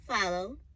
follow